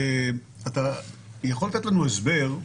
אתה יכול לתת לנו הסבר,